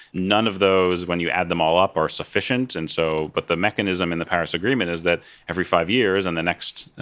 none of those, when you add them all up, are sufficient, and so but the mechanism in the paris agreement is that every five years and the next,